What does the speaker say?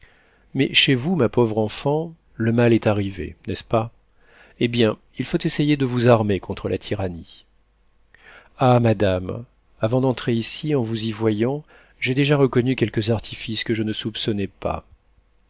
mais chez vous ma pauvre enfant le mal est arrivé n'est-ce pas eh bien il faut essayer de vous armer contre la tyrannie ah madame avant d'entrer ici en vous y voyant j'ai déjà reconnu quelques artifices que je ne soupçonnais pas